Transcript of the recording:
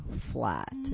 flat